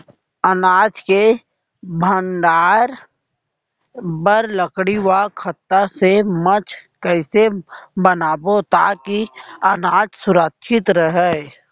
अनाज के भण्डारण बर लकड़ी व तख्ता से मंच कैसे बनाबो ताकि अनाज सुरक्षित रहे?